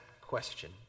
question